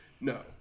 No